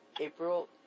April